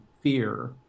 fear